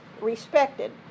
respected